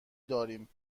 داریم